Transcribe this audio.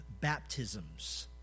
baptisms